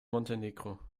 montenegro